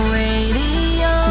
radio